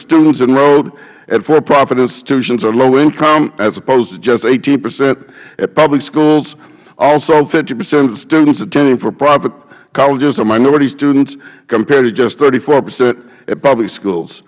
students enrolled at for profit are low income as opposed to just eighteen percent at public schools also fifty percent of the students attending for profit colleges are minority students compared to just thirty four percent at public schools